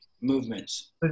movements